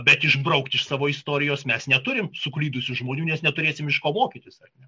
bet išbraukti iš savo istorijos mes neturim suklydusių žmonių nes neturėsime iš ko mokytis ar ne